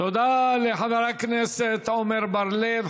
תודה לחבר הכנסת עמר בר-לב.